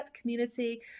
community